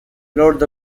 lord